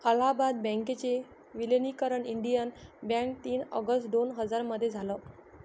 अलाहाबाद बँकेच विलनीकरण Indian bank तीन ऑगस्ट दोन हजार मध्ये झालं